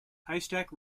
haystack